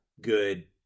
good